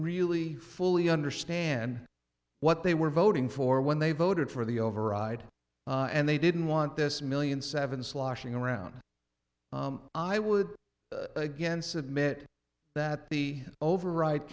really fully understand what they were voting for when they voted for the override and they didn't want this million seven sloshing around i would again submit that the override